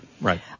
right